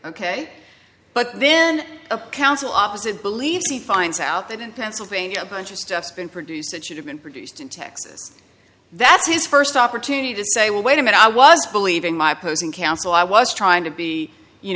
ok but then a council opposite believes he finds out that in pennsylvania a bunch of stuff has been produced that should have been produced in texas that's his first opportunity to say well wait a minute i was believing my posing counsel i was trying to be you